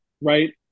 right